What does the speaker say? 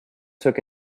took